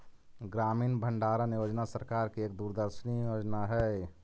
ग्रामीण भंडारण योजना सरकार की एक दूरदर्शी योजना हई